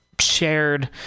shared